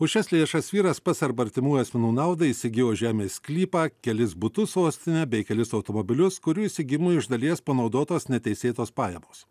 už šias lėšas vyras pats arba artimų asmenų naudai įsigijo žemės sklypą kelis butus sostinėje bei kelis automobilius kurių įsigijimui iš dalies panaudotos neteisėtos pajamos